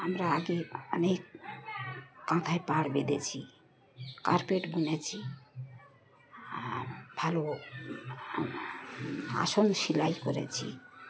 আমরা আগে অনেক কাঁথায় পাড় বেঁধেছি কার্পেট বুনেছি আর ভালো আসন সেিলাই করেছি